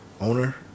owner